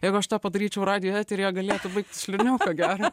jeigu aš tą padaryčiau radijo eteryje galėtų baigtis liūdniau ko gero